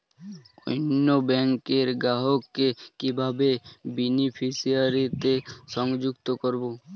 অন্য ব্যাংক র গ্রাহক কে কিভাবে বেনিফিসিয়ারি তে সংযুক্ত করবো?